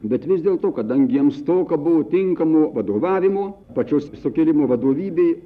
bet vis dėlto kadangi jiems stoka buvo tinkamo vadovavimo pačios sukilimo vadovybė